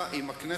שתיקת